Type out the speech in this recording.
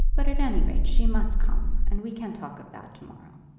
but at any rate, she must come, and we can talk of that to-morrow.